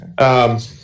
okay